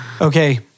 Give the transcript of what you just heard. Okay